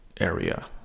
area